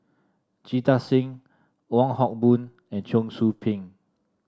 Jita Singh Wong Hock Boon and Cheong Soo Pieng